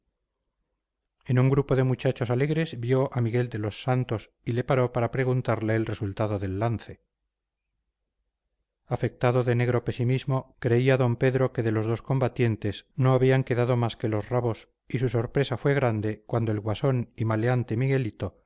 en un grupo de muchachos alegres vio a miguel de los santos y le paró para preguntarle el resultado del lance afectado de negro pesimismo creía d pedro que de los dos combatientes no habían quedado más que los rabos y su sorpresa fue grande cuando el guasón y maleante miguelito